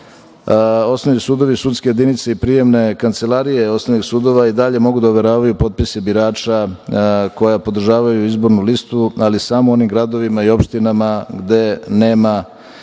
osnovni sudovi, sudske jedinice i prijemne kancelarije osnovnih sudova i dalje mogu da overavaju potpise birača koja podržavaju izbornu listu, ali samo u onim gradovima i opštinama gde nema